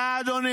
זה לא